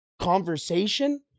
conversation